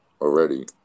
already